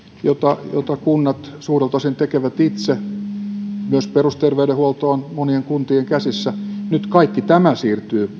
jota jota kunnat suurelta osin tekevät itse myös perusterveydenhuolto on monien kuntien käsissä nyt kaikki tämä siirtyy